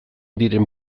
diren